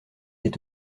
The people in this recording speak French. est